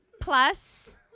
Plus